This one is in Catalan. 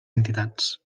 entitats